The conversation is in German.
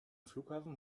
flughafen